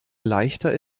leichter